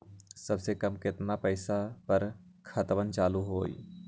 सबसे कम केतना पईसा पर खतवन चालु होई?